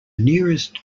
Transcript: nearest